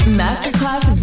masterclass